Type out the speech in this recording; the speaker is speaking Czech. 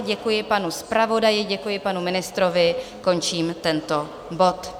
Děkuji panu zpravodaji, děkuji panu ministrovi, končím tento bod.